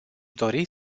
dori